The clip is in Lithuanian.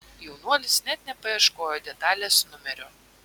jaunuolis net nepaieškojo detalės numerio